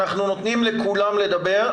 אנחנו נותנים לכולם לדבר,